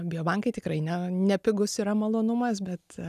biobankai tikrai ne nepigus yra malonumas bet